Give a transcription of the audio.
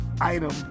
item